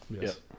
Yes